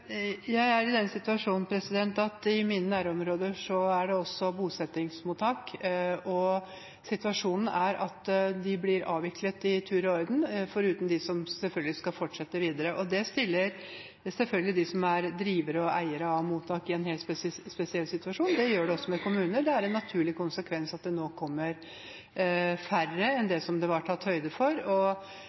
I mine nærområder er det også bosettingsmottak, og situasjonen er at de blir avviklet i tur og orden, foruten dem som selvfølgelig skal fortsette videre. Det stiller selvfølgelig dem som er drivere og eiere av mottak, i en helt spesiell situasjon. Det gjør det også for kommunene. Det er en naturlig konsekvens av at det nå kommer færre enn det som det var tatt høyde for. Jeg vet at representanten Greni tidligere har tatt til orde for at man skal ta geografiske hensyn, og